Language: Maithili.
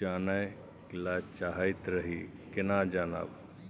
जानय ल चाहैत रही केना जानब?